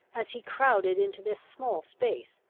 as he crowded into this small space,